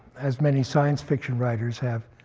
as many science fiction writers have,